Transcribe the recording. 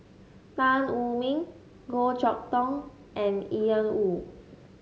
Tan Wu Meng Goh Chok Tong and Ian Woo